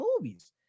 movies